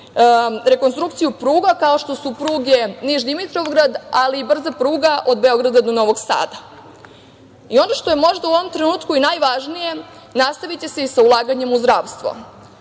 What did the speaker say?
rekonstrukciju pruga kao što je pruga Niš-Dimitrovgrad, ali i brza pruga od Beograda do Novog Sada. Ono što je možda u ovom trenutku najvažnije, nastaviće se sa ulaganjem u zdravstvo.